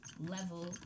Level